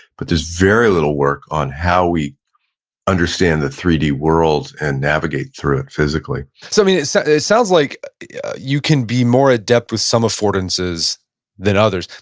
but there's very little work on how we understand the three d world and navigate through it physically so it so it sounds like you can be more adept with some affordances than others.